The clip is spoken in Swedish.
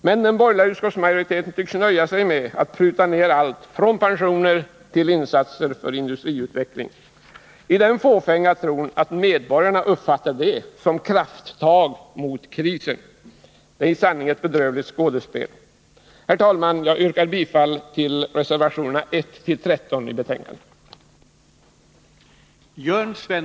Men den borgerliga utskottsmajoriteten tycks nöja sig med att pruta ned allt från pensioner till insatser för industriutveckling, i den fåfänga tron att medborgarna uppfattar det som krafttag mot krisen. Det är i sanning ett bedrövligt skådespel. Herr talman! Jag yrkar bifall till reservationerna 1-13 i betänkandet.